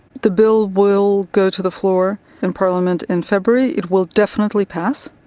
the bill will go to the floor in parliament in february. it will definitely pass,